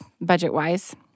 budget-wise